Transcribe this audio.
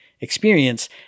experience